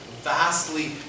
vastly